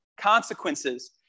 consequences